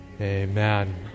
amen